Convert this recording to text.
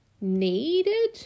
needed